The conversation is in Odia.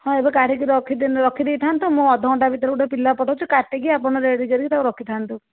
ହଁ ଏବେ କାଢ଼ିକି ରଖିଦେଇଥାନ୍ତୁ ମୁଁ ଅଧଘଣ୍ଟା ଭିତରେ ଗୋଟିଏ ପିଲା ପଠାଉଛି କାଟିକି ଆପଣ ରେଡ଼ି କରି ତାକୁ ରଖିଥାନ୍ତୁ